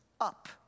up